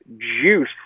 juice